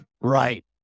Right